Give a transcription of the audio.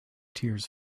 tears